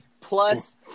Plus